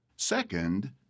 Second